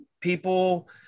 people